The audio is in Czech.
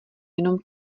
jenom